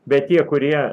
bet tie kurie